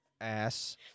ass